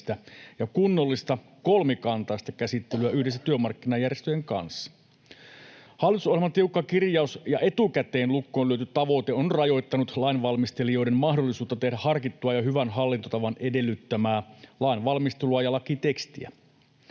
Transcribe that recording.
ja kunnollista kolmikantaista käsittelyä yhdessä työmarkkinajärjestöjen kanssa. Hallitusohjelman tiukka kirjaus ja etukäteen lukkoon lyöty tavoite on rajoittanut lainvalmistelijoiden mahdollisuutta tehdä harkittua ja hyvän hallintotavan edellyttämää lain valmistelua ja lakitekstiä.